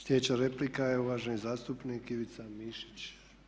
Slijedeća replika je uvaženi zastupnik Ivica Mišić.